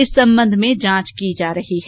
इस संबंध में जांच की जा रही है